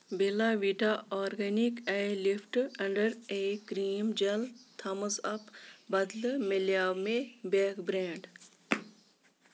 Bella Vita organic eye lift under eye cream gel thumbs up بدلہٕ مِلٮ۪و مےٚ بیٚکھ برینڈ